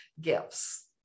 gifts